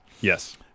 yes